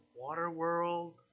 Waterworld